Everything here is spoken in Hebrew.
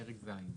פרק ז'.